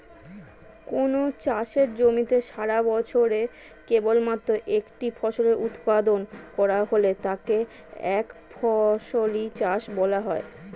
কোনও চাষের জমিতে সারাবছরে কেবলমাত্র একটি ফসলের উৎপাদন করা হলে তাকে একফসলি চাষ বলা হয়